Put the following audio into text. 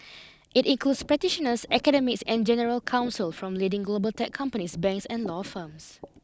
it includes practitioners academics and general counsel from leading global tech companies banks and law firms